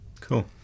Cool